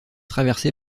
traversée